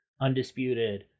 undisputed